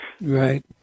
Right